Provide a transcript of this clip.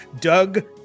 Doug